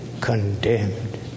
condemned